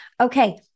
Okay